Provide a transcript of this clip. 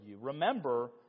Remember